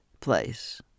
place